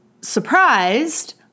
surprised